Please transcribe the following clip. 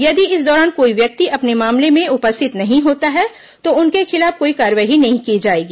यदि इस दौरान कोई व्यक्ति अपने मामले में उपस्थित नहीं होता है तो उनके खिलाफ कोई कार्रवाई नहीं की जाएगी